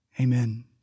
Amen